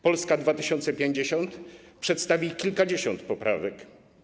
Polska 2050 przedstawi kilkadziesiąt poprawek.